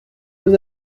deux